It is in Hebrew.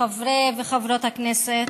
חברי וחברות הכנסת,